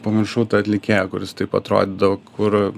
pamiršau tą atlikėją kuris taip atrodydavo kur